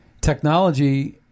Technology